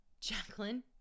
Jacqueline